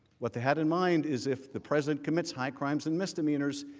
what they had in mind is if the president commits high crimes and misdemeanors,